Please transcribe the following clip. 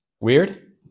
Weird